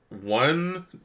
One